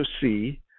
see